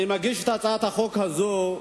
אני מגיש את הצעת החוק הזאת,